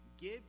give